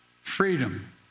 Freedom